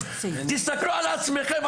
תסתכלו על עצמיכם,